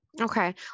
Okay